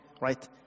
right